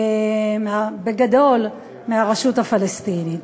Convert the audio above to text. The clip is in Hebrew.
בגדול, מהרשות הפלסטינית.